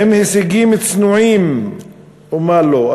עם הישגים צנועים ומה לא.